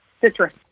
Citrus